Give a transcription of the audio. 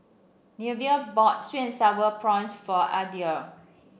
Neveah bought sweet and sour prawns for Adriel